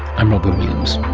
i'm robyn williams